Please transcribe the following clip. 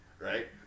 right